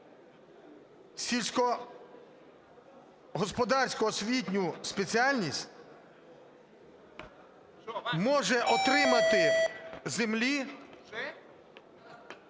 сільськогосподарську освітню спеціальність, може отримати землі